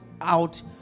out